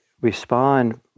respond